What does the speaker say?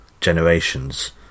generations